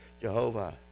Jehovah